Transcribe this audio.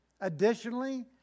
Additionally